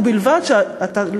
ובלבד שאתה,